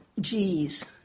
G's